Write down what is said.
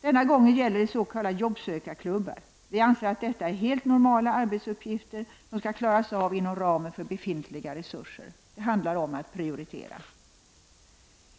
Denna gång gäller det s.k. jobbsökar-klubbar. Vi anser att detta är helt normala arbetsuppgifter som skall klaras inom ramen för befintliga resurser. Det handlar om att prioritera.